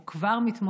או בעצם כבר מתמודד,